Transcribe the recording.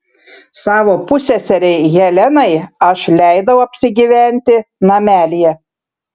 savo pusseserei helenai aš leidau apsigyventi namelyje